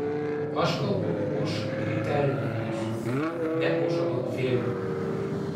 aš kalbu už grytelninkus ne už adolfėlį mano